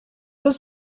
this